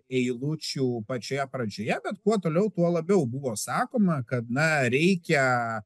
eilučių pačioje pradžioje bet kuo toliau tuo labiau buvo sakoma kad na reikia